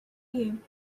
you